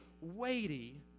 weighty